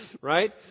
Right